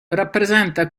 rappresenta